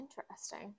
Interesting